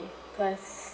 cause